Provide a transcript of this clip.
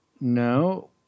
No